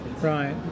Right